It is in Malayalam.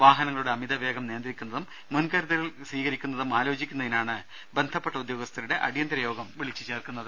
വാഹനങ്ങളുടെ അമിതവേഗം നിയന്ത്രിക്കുന്നതും മുൻ കരുതലുകൾ സ്വീകരിക്കുന്നതും ആലോചിക്കുന്നതിനാണ് ബന്ധപ്പെട്ട ഉദ്യോഗസ്ഥരുടെ അടിയന്തിര യോഗം വിളിച്ചു ചേർക്കുന്നത്